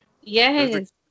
Yes